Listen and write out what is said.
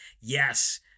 Yes